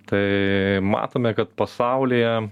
tai matome kad pasaulyje